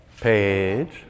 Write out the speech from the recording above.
Page